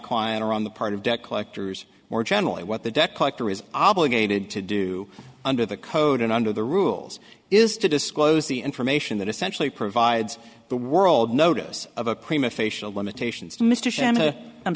client or on the part of debt collectors more generally what the debt collector is obligated to do under the code and under the rules is to disclose the information that essentially provides the world notice of a prima facia limitations to mr sherman i'm